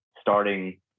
starting